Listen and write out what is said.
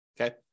okay